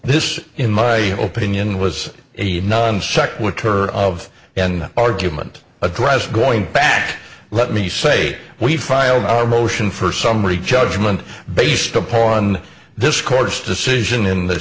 this in my opinion was a non sequitur of an argument addressed going back let me say we filed our motion for summary judgment based upon this court's decision in the